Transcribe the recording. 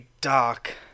Dark